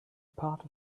part